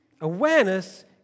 Awareness